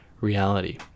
reality